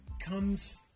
comes